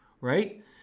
right